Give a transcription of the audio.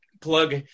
plug